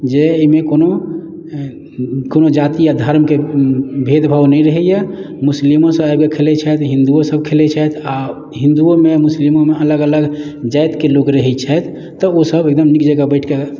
जे एहिमे कोनो कोनो जाति या धर्मके भेदभाव नहि रहैए मुस्लिमोसभ आबि कऽ खेलैत छथि हिन्दुओसभ खेलैत छथि आ हिन्दुओमे मुस्लिमोमे अलग अलग जातिके लोक रहैत छथि तऽ ओसभ एकदम नीक जँका बैठि कऽ